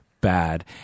bad